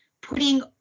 putting